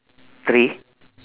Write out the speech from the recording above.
three